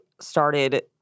started